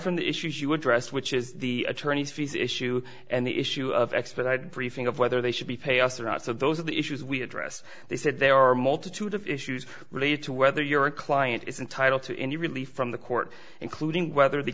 from the issues you addressed which is the attorneys fees issue and the issue of expert i'd prefer of whether they should be payoffs or not so those are the issues we address they said there are a multitude of issues related to whether your client is entitled to any relief from the court including whether the